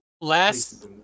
Last